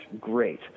great